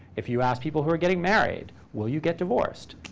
if you ask people who are getting married, will you get divorced?